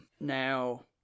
now